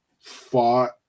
fought